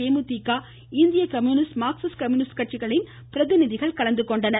தேமுதிக இந்திய communist Marxist communist கட்சிகளின் பிரதிநிதிகள் கலந்துகொண்டனர்